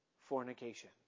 fornication